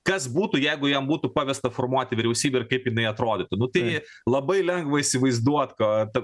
kas būtų jeigu jam būtų pavesta formuoti vyriausybę ir kaip jinai atrodytų nu tai labai lengva įsivaizduot kad